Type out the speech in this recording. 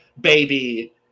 baby